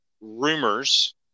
rumors